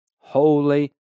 holy